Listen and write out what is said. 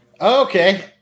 Okay